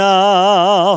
now